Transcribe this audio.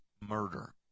murder